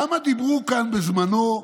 כמה דיברו כאן בזמנו,